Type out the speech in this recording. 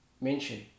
mention